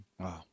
Wow